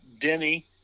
Denny